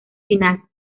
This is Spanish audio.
final